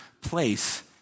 place